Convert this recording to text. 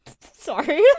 Sorry